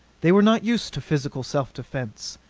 they were not used to physical self defense.